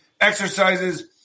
exercises